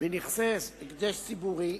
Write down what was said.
בנכסי הקדש ציבורי,